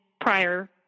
prior